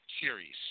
series